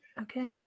Okay